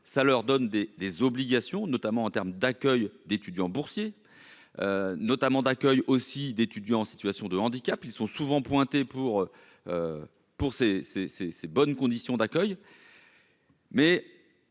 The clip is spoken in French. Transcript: ça leur donne des des obligations, notamment en terme d'accueil d'étudiants boursiers notamment d'accueil aussi d'étudiants en situation de handicap, ils sont souvent pointées pour pour ces ces, ces, ces bonnes conditions d'accueil. Mais.